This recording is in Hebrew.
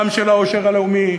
גם של העושר הלאומי,